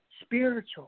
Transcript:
spiritual